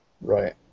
Right